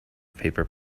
paper